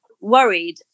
worried